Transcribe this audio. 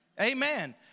Amen